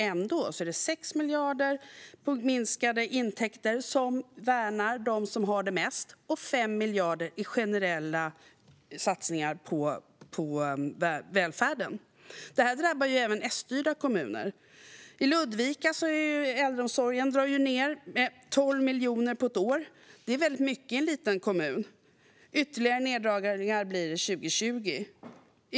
Ändå är det 6 miljarder i minskade intäkter som värnar dem som har det mest och 5 miljarder i generella satsningar på välfärden. Det här drabbar även S-styrda kommuner. Ludvika kommun drar ned på äldreomsorgen. Där är det fråga om 12 miljoner på ett år. Det är mycket i en liten kommun. Ytterligare neddragningar blir det 2020.